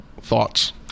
Thoughts